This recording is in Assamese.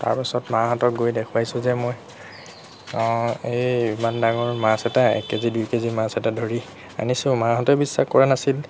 তাৰ পাছত মাহঁতক গৈ দেখুৱাইছোঁ যে মই এই ইমান ডাঙৰ মাছ এটা এক কেজি দুই কেজিৰ মাছ এটা ধৰি আনিছোঁ মাহঁতে বিশ্বাস কৰা নাছিল